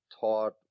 taught